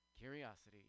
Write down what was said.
Curiosity